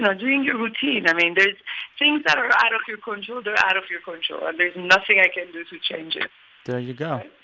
and doing your routine. i mean, there's things that are out of your control. they're out of your control. and there's nothing i can do to change it there you go.